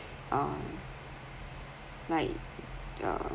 um like uh